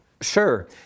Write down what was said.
Sure